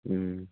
उम